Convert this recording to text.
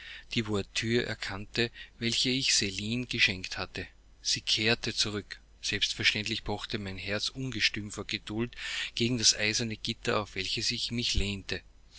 die voiture erkannte welche ich celine geschenkt hatte sie kehrte zurück selbstverständlich pochte mein herz ungestüm vor ungeduld gegen das eiserne gitter auf welches ich mich lehnte